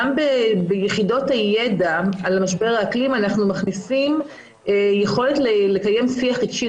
גם ביחידות הידע על משבר האקלים אנחנו מכניסים יכולת לקיים שיח רגשי.